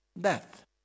death